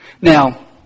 Now